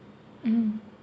mm